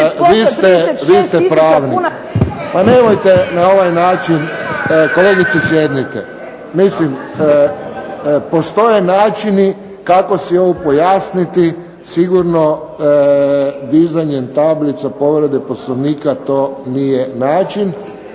Josip (HSS)** Pa nemojte na ovaj način. Kolegice sjednite. Mislim, postoje načini kako si ovo pojasniti, sigurno dizanjem tablica povrede Poslovnika to nije način.